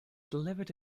delivered